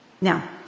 Now